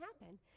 happen